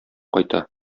кайта